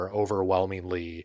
overwhelmingly